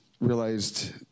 realized